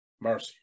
mercy